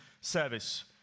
service